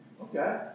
Okay